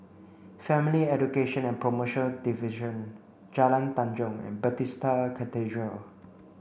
Family Education and Promotion Division Jalan Tanjong and Bethesda Cathedral